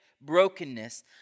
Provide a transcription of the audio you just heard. brokenness